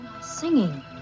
Singing